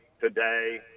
today